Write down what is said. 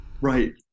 Right